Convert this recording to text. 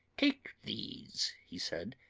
take these, he said,